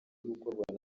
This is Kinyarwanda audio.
gukorwa